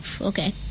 Okay